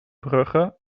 brugge